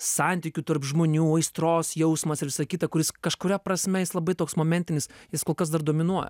santykių tarp žmonių aistros jausmas ir visa kita kuris kažkuria prasme jis labai toks momentinis jis kol kas dar dominuoja